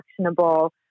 actionable